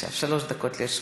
בבקשה, שלוש דקות לרשותך.